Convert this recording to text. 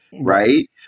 Right